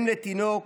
אם לתינוק